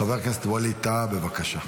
חבר הכנסת ווליד טאהא, בבקשה.